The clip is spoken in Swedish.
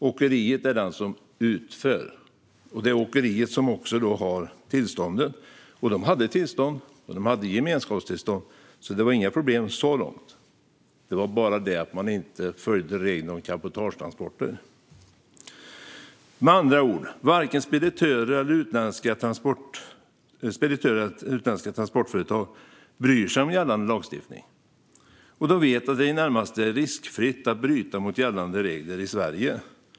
Åkeriet är den som utför, och det är också åkeriet som har tillstånd. Man hade gemenskapstillstånd, så det var inga problem så långt. Det var bara det att man inte följde reglerna för cabotagetransporter. Med andra ord bryr sig varken speditörer eller utländska transportföretag om gällande lagstiftning. De vet att det är i det närmaste riskfritt att bryta mot gällande regler i Sverige.